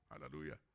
Hallelujah